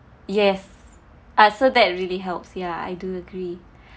yes ah so that really helps ya I do agree